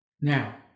Now